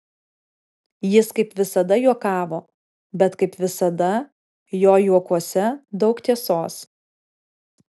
jis kaip visada juokavo bet kaip visada jo juokuose daug tiesos